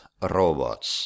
robots